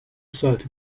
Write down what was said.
ساعتی